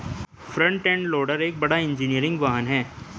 front end loader एक बड़ा engineering वाहन है